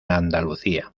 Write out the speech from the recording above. andalucía